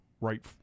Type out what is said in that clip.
right